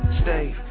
stay